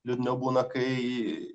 liūdniau būna kai